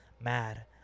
mad